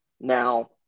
Now